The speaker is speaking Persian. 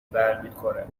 برمیخوره